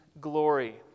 glory